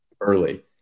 early